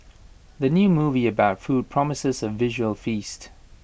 the new movie about food promises A visual feast